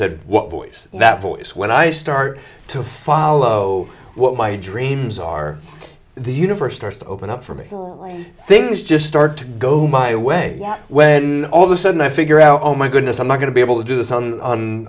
said what was that voice when i start to follow what my dreams are the universe starts to open up for me things just start to go my way when all of the sudden i figure out oh my goodness i'm not going to be able to do this